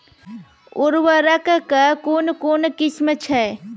उर्वरक कऽ कून कून किस्म छै?